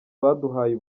baduhaye